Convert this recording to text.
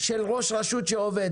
לראש רשות שעובד.